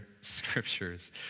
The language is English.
scriptures